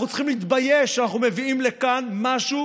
אנחנו צריכים להתבייש שאנחנו מביאים לכאן משהו